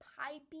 piping